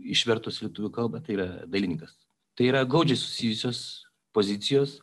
išvertus į lietuvių kalbą tai yra dailininkas tai yra glaudžiai susijusios pozicijos